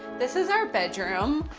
this is our bedroom.